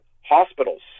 hospitals